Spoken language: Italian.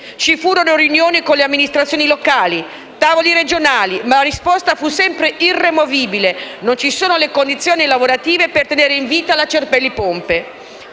Ci furono riunioni con le amministrazioni locali, tavoli regionali, ma la risposta fu sempre irremovibile: non ci sono le condizioni lavorative per tenere in vita la Cerpelli Pompe.